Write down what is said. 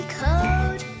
code